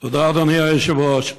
תודה, אדוני היושב-ראש.